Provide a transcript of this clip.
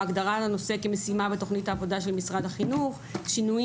ההגדרה של הנושא כמשימה בתכנית העבודה של משרד החינוך; שינויים